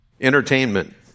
Entertainment